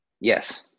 Yes